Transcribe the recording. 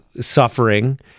suffering